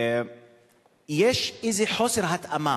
יש איזה חוסר התאמה